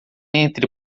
entre